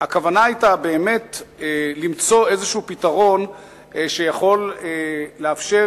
הכוונה היתה באמת למצוא איזה פתרון שיכול לאפשר